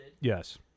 Yes